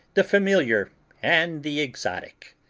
the familiar and the exotic.